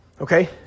okay